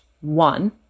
one